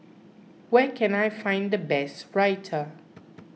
where can I find the best Raita